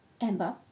Amber